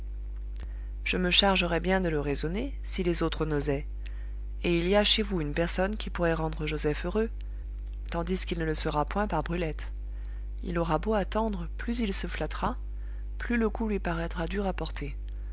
je me chargerais bien de le raisonner si les autres n'osaient et il y a chez vous une personne qui pourrait rendre joseph heureux tandis qu'il ne le sera point par brulette il aura beau attendre plus il se flattera plus le coup lui paraîtra dur à porter